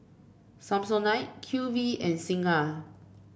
Samsonite Q V and Singha